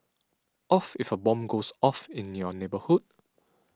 of if a bomb goes off in your neighbourhood